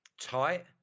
tight